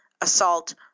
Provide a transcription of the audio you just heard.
assault